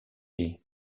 est